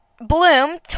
Bloom